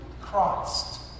Christ